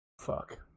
Fuck